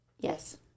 Yes